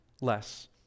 less